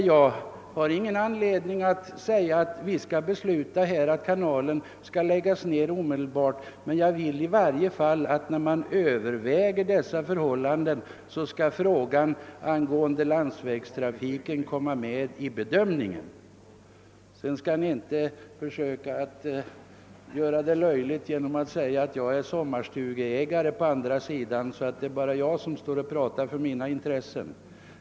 Jag har ingen anledning att föreslå att vi beslutar att kanalen läggs ned omedelbart, men jag vill att man vid övervägandet av dessa spörsmål även beaktar frågan om landsvägstrafiken. Sedan bör man inte försöka att göra det hela löjligt genom att säga att jag är sommarstugeägare på andra sidan och står och talar enbart för egna intressen.